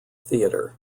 theater